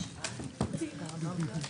הישיבה נעולה.